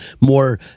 more